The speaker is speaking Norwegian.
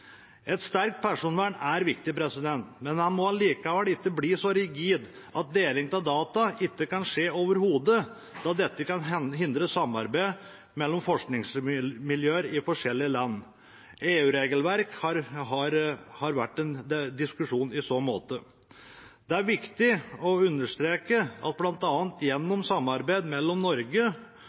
Et sterkt personvern er viktig, men en må allikevel ikke bli så rigid at deling av data overhodet ikke kan skje, da dette kan hindre samarbeid mellom forskningsmiljøer i forskjellige land. EU-regelverk har vært diskutert i så måte. Det er viktig å understreke at vi har hatt et godt og fruktbart samarbeid